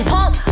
Pump